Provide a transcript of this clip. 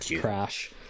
Crash